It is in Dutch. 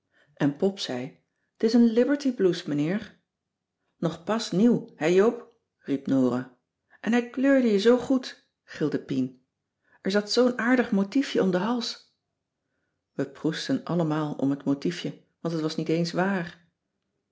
en pop zei t is een liberty blouse meneer nog pas nieuw hè joop riep nora en hij kleurde je zoo goed gilde pien er zat zoo'n aardig motiefje om den hals we proestten allemaal om het motiefje want t was niet eens waar